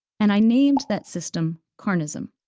and i named that system carnism.